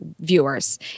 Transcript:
viewers